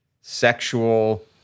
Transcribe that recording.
sexual